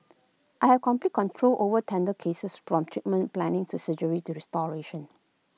I have complete control over dental cases from treatment planning to surgery to restoration